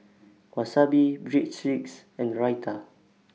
Wasabi Breadsticks and Raita